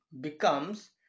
becomes